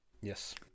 Yes